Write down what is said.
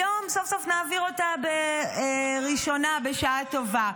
היום סוף-סוף נעביר אותה בראשונה, בשעה טובה.